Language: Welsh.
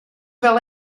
fel